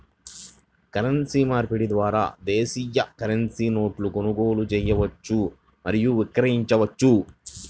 currency మార్పిడి ద్వారా విదేశీ కరెన్సీ నోట్లను కొనుగోలు చేయవచ్చు మరియు విక్రయించవచ్చు